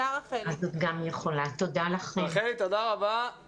מה עם כל מי שהוא עובד חיוני שהוא לא משרד הבריאות ולא מורה או